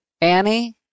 Annie